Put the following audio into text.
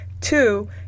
two